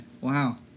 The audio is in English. Wow